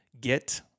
Get